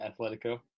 Atletico